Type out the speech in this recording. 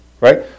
Right